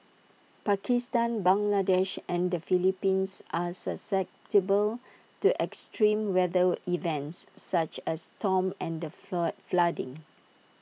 Pakistan Bangladesh and the Philippines are susceptible to extreme weather events such as storms and floor flooding